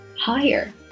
higher